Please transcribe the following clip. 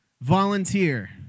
Volunteer